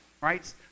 right